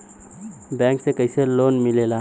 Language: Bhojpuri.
बैंक से कइसे लोन मिलेला?